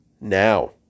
now